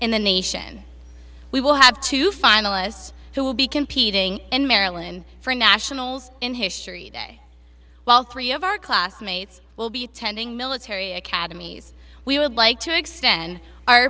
in the nation we will have two finalists who will be competing in maryland for nationals in history day while three of our classmates will be attending military academies we would like to extend our